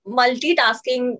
multitasking